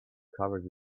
covered